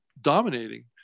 dominating